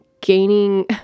gaining